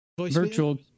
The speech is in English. virtual